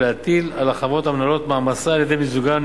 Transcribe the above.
ולהטיל על החברות המנהלות מעמסה על-ידי מיזוגן,